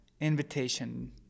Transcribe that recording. invitation